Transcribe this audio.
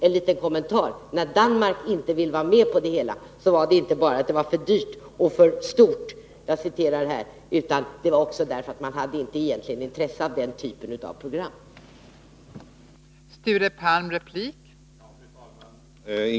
Enliten kommentar: När Danmark inte ville vara med på det hela, var det inte bara därför att det var ”för dyrt och för stort”, utan det var också därför att man egentligen inte hade intresse av den typ av program som det gäller.